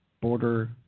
border